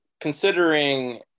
considering